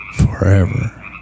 Forever